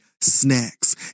snacks